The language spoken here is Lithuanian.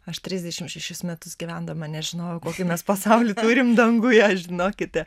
aš trisdešim šešis metus gyvendama nežinojau kokį mes pasaulį turim danguje žinokite